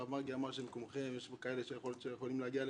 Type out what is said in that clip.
הרב מרגי אמר שיש כאלה שיכול להיות שיכולים להגיע לפה.